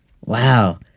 Wow